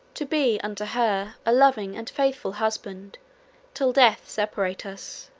to be unto her a loving and faithful husband till death separate us